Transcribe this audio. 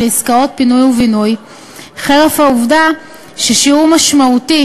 עסקאות פינוי ובינוי חרף העובדה ששיעור משמעותי